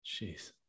Jeez